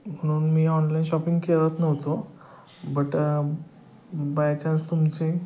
म्हणून मी online shopping केलो नव्हतो बट बाय चान्स तुमचे